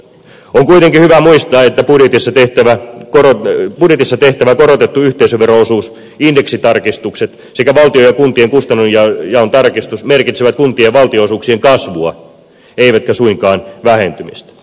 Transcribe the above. on kuitenkin hyvä muistaa että budjetissa tehtävä korotettu yhteisövero osuus indeksitarkistukset sekä valtion ja kuntien kustannustenjaon tarkistus merkitsevät kuntien valtionosuuksien kasvua eivätkä suinkaan vähentymistä